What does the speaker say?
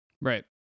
Right